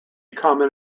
common